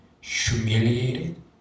humiliated